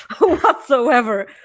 whatsoever